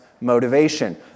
motivation